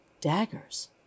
daggers